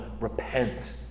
repent